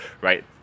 right